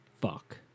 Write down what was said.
Fuck